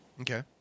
okay